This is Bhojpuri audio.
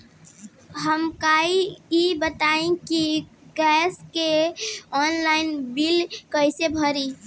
हमका ई बताई कि गैस के ऑनलाइन बिल कइसे भरी?